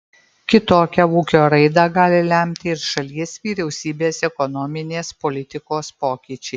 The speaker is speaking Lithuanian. kitokią ūkio raidą gali lemti ir šalies vyriausybės ekonominės politikos pokyčiai